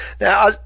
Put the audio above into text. Now